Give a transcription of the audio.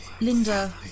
Linda